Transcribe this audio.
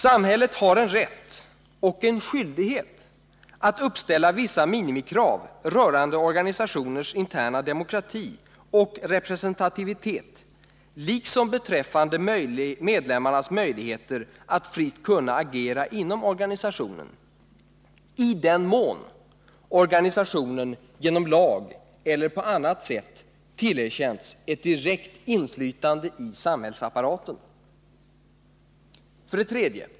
Samhället har en rätt och en skyldighet att uppställa vissa minimikrav rörande organisationers interna demokrati och representativitet liksom beträffande medlemmarnas möjligheter att fritt kunna agera inom organisation, i den mån organisationen genom lag eller på annat sätt tillerkänts ett direkt inflytande i samhällsapparaten. 3.